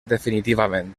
definitivament